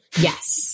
Yes